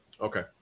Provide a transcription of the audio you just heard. Okay